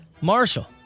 Marshall